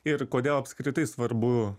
ir kodėl apskritai svarbu